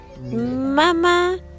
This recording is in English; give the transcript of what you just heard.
Mama